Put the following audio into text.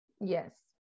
Yes